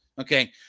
okay